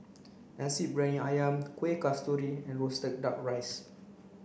nasi briyani ayam kueh kasturi and roasted duck rice